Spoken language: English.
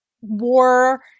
war